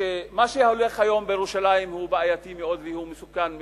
אני חושב שמה שהולך היום בירושלים הוא בעייתי מאוד והוא מסוכן מאוד,